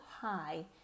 high